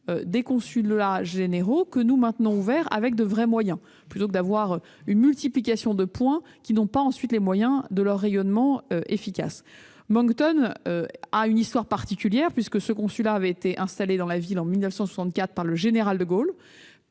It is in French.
des consulats généraux, que nous maintenons ouverts avec de vrais moyens- nous les préférons à une multiplication de points de contact auxquels font défaut les moyens de leur rayonnement efficace. Moncton a une histoire particulière : ce consulat avait été installé dans la ville en 1964 par le général de Gaulle